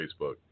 Facebook